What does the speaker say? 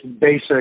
basic